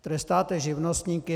Trestáte živnostníky.